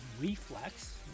reflex